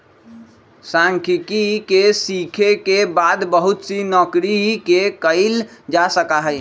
सांख्यिकी के सीखे के बाद बहुत सी नौकरि के कइल जा सका हई